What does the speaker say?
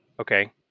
Okay